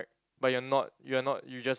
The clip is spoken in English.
but you are not you are not you just